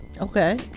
Okay